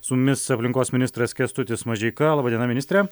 su mumis aplinkos ministras kęstutis mažeika laba diena ministre